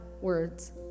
words